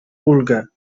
ulgę